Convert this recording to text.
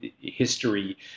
history